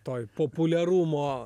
toj populiarumo